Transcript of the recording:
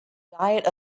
diet